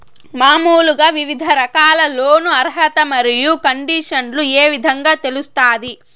మామూలుగా వివిధ రకాల లోను అర్హత మరియు కండిషన్లు ఏ విధంగా తెలుస్తాది?